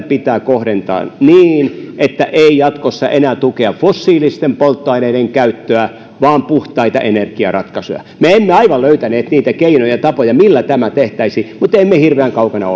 pitää kohdentaa niin että ei jatkossa enää tueta fossiilisten polttoaineiden käyttöä vaan puhtaita energiaratkaisuja me emme aivan löytäneet niitä keinoja ja tapoja millä tämä tehtäisiin mutta emme hirveän kaukana